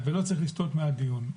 ולא צריך לסטות מהדיון.